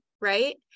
right